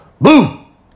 Boom